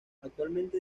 actualmente